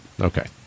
okay